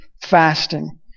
fasting